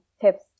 tips